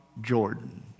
Jordan